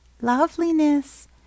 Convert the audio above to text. loveliness